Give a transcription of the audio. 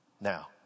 Now